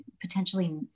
potentially